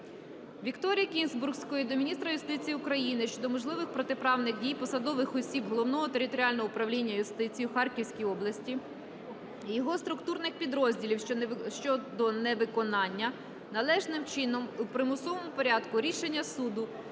Вікторії Кінзбурської до міністра юстиції України щодо можливих протиправних дій посадових осіб Головного територіального управління юстиції у Харківській області і його структурних підрозділів, щодо невиконання належним чином у примусовому порядку рішення суду,